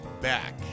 back